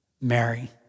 Mary